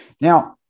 Now